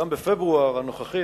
גם בפברואר הנוכחי,